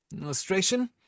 illustration